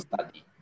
study